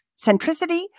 centricity